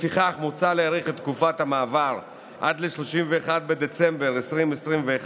לפיכך מוצע להאריך את תקופת המעבר עד ל-31 בדצמבר 2021,